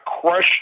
crush